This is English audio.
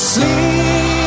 Sleep